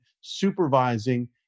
supervising